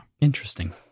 interesting